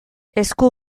esku